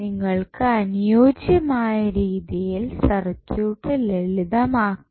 നിങ്ങൾക്ക് അനുയോജ്യമായ രീതിയിൽ സർക്യൂട്ട് ലളിതം ആക്കാം